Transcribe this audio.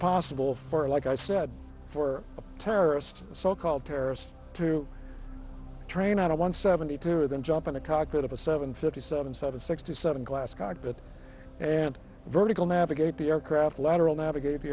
possible for like i said for a terrorist so called terrorist to train out of one seventy two of them jump in the cockpit of a seven fifty seven seven sixty seven glass cockpit and vertical navigate the aircraft lateral navigate the